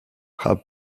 have